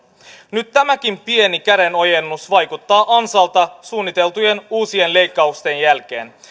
nyt tämäkin pieni kädenojennus vaikuttaa ansalta suunniteltujen uusien leikkausten jälkeen